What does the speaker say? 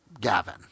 Gavin